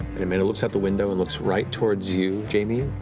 and amanda looks out the window and looks right towards you, jamie.